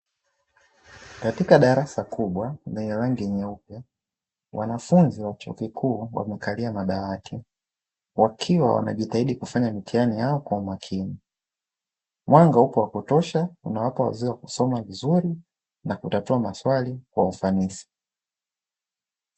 Katika darasa kubwa lenye rangi nyeupe, wanafunzi wa chuo kikuu wamekalia madawati, wakiwa wanajitahidi kufanya mitihani yao kwa umakini. Mwanga upo wa kutosha, unawapa uwezo wa kusoma vizuri, na kutatua maswali kwa ufanisi.